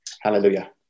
Hallelujah